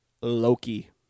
Loki